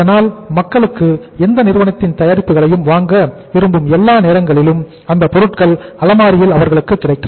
இதனால் மக்களுக்கு எந்த நிறுவனத்தின் தயாரிப்புகளையும் வாங்க விரும்பும் எல்லா நேரங்களிலும் அந்த பொருட்கள் அலமாரியில் அவர்களுக்கு கிடைக்கும்